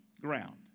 ground